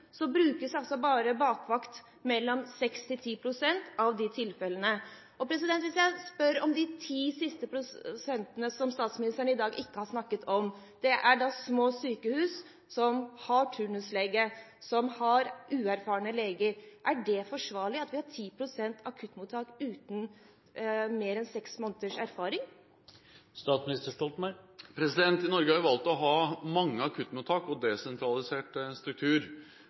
brukes det bare bakvakt i mellom 6–10 pst. av de tilfellene. Hvis man spør om de 10 siste prosentene som statsministeren i dag ikke har snakket om, gjelder det små sykehus som har turnusleger, som har uerfarne leger. Er det forsvarlig at 10 pst. av akuttmottakene våre har leger med mindre enn seks måneders erfaring? Norge har valgt å ha mange akuttmottak og desentralisert struktur.